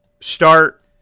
start